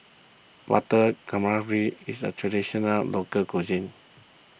Butter Calamari is a Traditional Local Cuisine